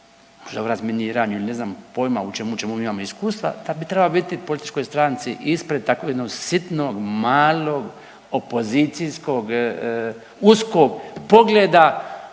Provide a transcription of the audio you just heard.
možda u razminiranju ili ne znam pojma u čemu ćemo imamo iskustva, da bi trebalo biti političkoj stranci ispred tako jednog sitnog malog opozicijskog uskog pogleda